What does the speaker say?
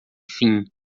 fim